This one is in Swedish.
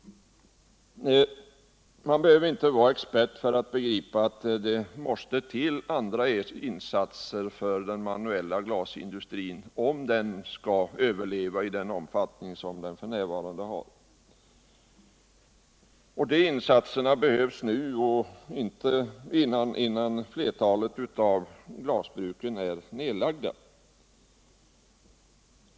Man behöver inte vara expert för att begripa att det måste till andra insatser för den manuella glasindustrin, om den skall överleva i den omfattning som den f.n. har. Och de insatserna behövs nu, innan flertalet av glasbruken är nedlagda.